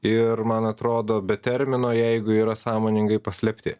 ir man atrodo be termino jeigu yra sąmoningai paslėpti